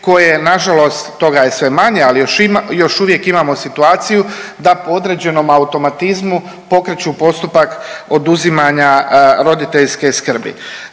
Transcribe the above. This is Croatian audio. je nažalost, toga je sve manje, ali još uvijek imamo situaciju da po određenom automatizmu pokreću postupak oduzimanja roditeljske skrbi.